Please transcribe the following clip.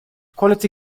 quality